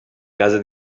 casa